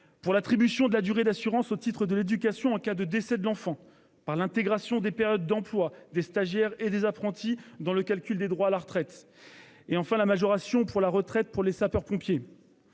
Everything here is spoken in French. l'attribution de la durée d'assurance au titre de l'éducation en cas de décès de l'enfant, l'intégration des périodes d'emploi des stagiaires et des apprentis dans le calcul des droits à la retraite et la majoration pour les sapeurs-pompiers.